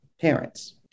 parents